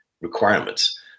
requirements